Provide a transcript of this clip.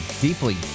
deeply